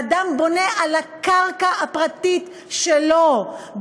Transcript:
ואדם בונה על הקרקע הפרטית שלו,